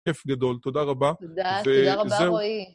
כיף גדול, תודה רבה. תודה, תודה רבה, רועי.